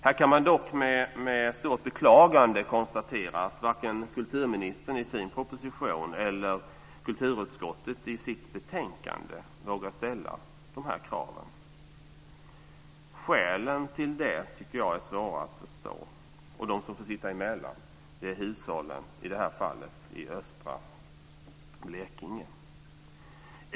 Här kan man dock med stort beklagande konstatera att varken kulturministern i sin proposition eller kulturutskottet i sitt betänkande vågar ställa de kraven. Skälen till det tycker jag är svåra att förstå, och de som får sitta emellan är hushållen, i det här fallet i östra Blekinge.